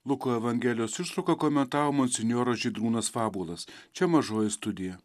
luko evangelijos ištrauką komentavo monsinjoras žydrūnas fabuolas čia mažoji studija